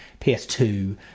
PS2